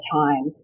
time